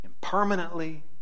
permanently